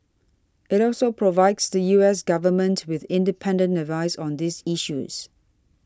it also provides the U S government with independent advice on these issues